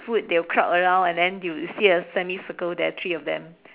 food they'll crowd around and then you you'll see a semicircle there three of them